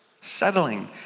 settling